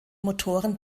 motoren